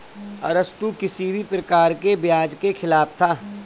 अरस्तु किसी भी प्रकार के ब्याज के खिलाफ था